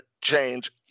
change